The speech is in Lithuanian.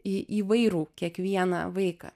į įvairų kiekvieną vaiką